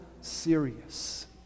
serious